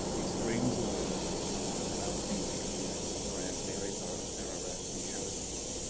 extremes of weather and other things he experienced from around maryborough, ararat and carisbrook.